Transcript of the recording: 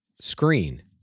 screen